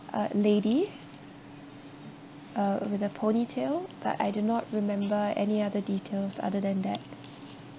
a lady uh with a ponytail but I do not remember any other details other than that